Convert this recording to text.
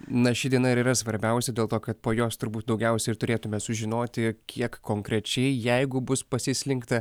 na ši diena yra svarbiausia dėl to kad po jos turbūt daugiausiai ir turėtumėme sužinoti kiek konkrečiai jeigu bus pasislinkta